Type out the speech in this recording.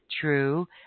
true